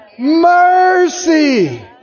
mercy